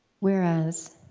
whereas